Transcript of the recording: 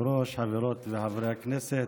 כבוד היושב-ראש, חברות וחברי הכנסת,